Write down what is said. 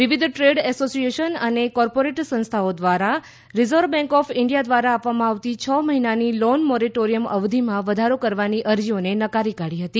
વિવિધ trade association અને corporate સંસ્થાઓ દ્વારા રિઝર્વ બેંક ઓફ ઇન્ડિયા દ્વારા આપવામાં આવતી છ મહિનાની લોન મોરટોરિયમ અવધિમાં વધારો કરવાની અરજીઓને નકારી કાઢી હતી